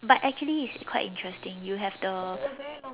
but actually it's quite interesting you have the